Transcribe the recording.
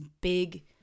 big